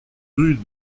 rue